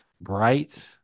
bright